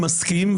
אני מסכים,